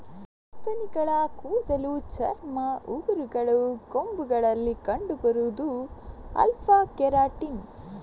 ಸಸ್ತನಿಗಳ ಕೂದಲು, ಚರ್ಮ, ಉಗುರುಗಳು, ಕೊಂಬುಗಳಲ್ಲಿ ಕಂಡು ಬರುದು ಆಲ್ಫಾ ಕೆರಾಟಿನ್